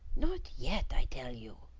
not yet, i tell you!